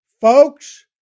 folks